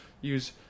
use